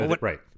right